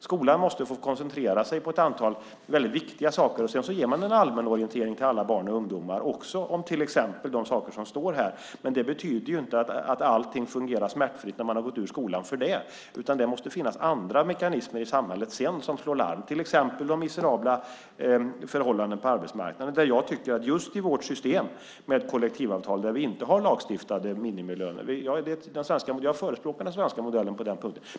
Skolan måste få koncentrera sig på ett antal väldigt viktiga saker, och sedan ger man en allmänorientering till alla barn och ungdomar också om till exempel de saker som det står om här, men det betyder ju inte att allting fungerar smärtfritt när man har gått ut skolan för det. Det måste finnas andra mekanismer i samhället sedan som slår larm, till exempel om miserabla förhållanden på arbetsmarknaden. Just i vårt system med kollektivavtal har vi inte lagstiftade minimilöner. Jag förespråkar den svenska modellen på den punkten.